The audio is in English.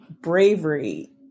bravery